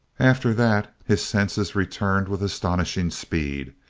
after that his senses returned with astonishing speed.